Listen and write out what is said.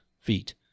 feet